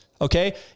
Okay